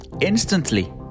instantly